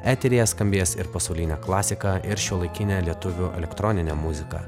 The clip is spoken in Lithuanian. eteryje skambės ir pasaulinė klasika ir šiuolaikinė lietuvių elektroninė muzika